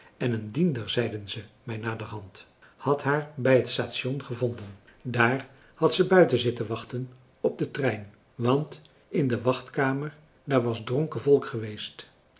en een diender zeiden ze mij naderhand had haar bij het station gevonden daar had ze buiten zitten wachten op den trein want in de wachtkamer daar was dronken volk geweest